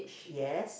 yes